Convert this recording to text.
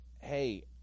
hey